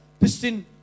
Pistin